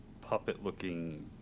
puppet-looking